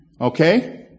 Okay